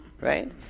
Right